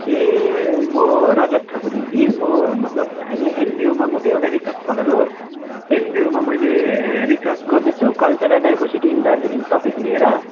ए म रजत ठकुरी कि म मतलब यहाँ एनबियूमा म त एउटा रिसर्च स्कलर हो एनबियूमा मैले रिसर्च गर्दैछु cultural diversity in Darjeeling topic लिएर